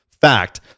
fact